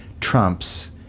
trumps